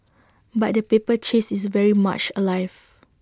but the paper chase is very much alive